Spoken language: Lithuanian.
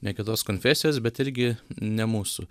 ne kitos konfesijos bet irgi ne mūsų